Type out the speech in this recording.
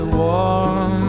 warm